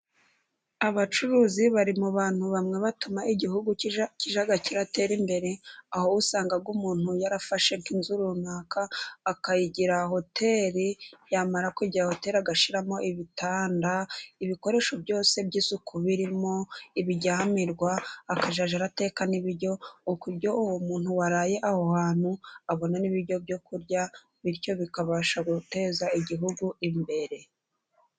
Abacuruzi bari mu bantu bamwe batuma igihugu kijya kiratera imbere, aho usanga umuntu yarafashe nk'inzu runaka, akayigira hoteri, yamara kuyigira hoteri agashyiramo ibitanda, ibikoresho byose by'isuku birimo, ibijyamirwa, akajya arateka n'ibiryo ku buryo uwo muntu waraye aho hantu abona n'ibiryo byo kurya, bityo bikabasha guteza igihugu imbere.